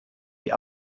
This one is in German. die